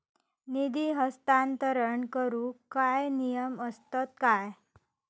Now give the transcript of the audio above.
निधी हस्तांतरण करूक काय नियम असतत काय?